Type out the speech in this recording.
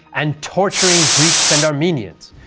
and torturing greeks and armenians,